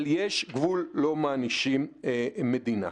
אבל יש גבול, לא מענישים מדינה.